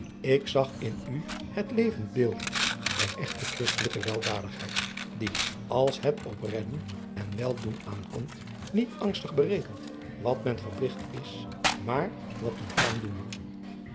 ik zag in u het levend beeld der echte christelijke weldadigheid die als het op redden en weldoen aankomt niet angstig adriaan loosjes pzn het leven van hillegonda buisman berekent wat men verpligt is maar wat men kan doen